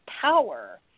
power